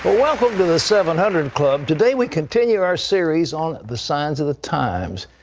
ah welcome to the seven hundred club. today we continue our series on the signs of the times.